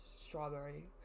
strawberry